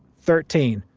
thirteen,